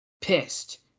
pissed